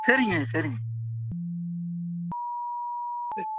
சரிங்க சரிங்க சரி